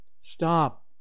Stop